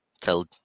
tell